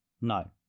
No